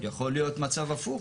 יכול להיות מצב הפוך,